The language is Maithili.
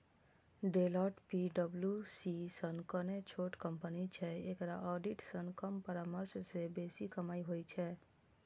डेलॉट पी.डब्ल्यू.सी सं कने छोट कंपनी छै, एकरा ऑडिट सं कम परामर्श सं बेसी कमाइ होइ छै